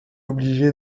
obligé